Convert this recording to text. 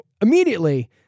immediately